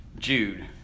Jude